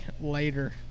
later